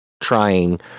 trying